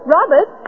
Robert